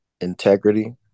integrity